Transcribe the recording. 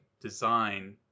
design